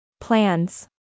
Plans